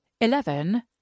Eleven